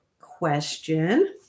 question